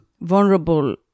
vulnerable